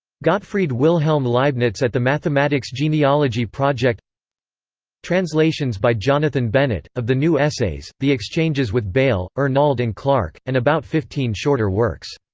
gottfried wilhelm leibniz at the mathematics genealogy project translations by jonathan bennett, of the new essays, the exchanges with bayle, arnauld and clarke, and about fifteen shorter works.